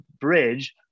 bridge